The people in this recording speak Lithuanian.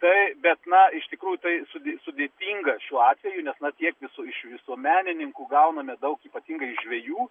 tai bet na iš tikrųjų tai sude sudėtinga šiuo atveju nes tiek visų iš visuomenininkų gauname daug ypatingai žvejų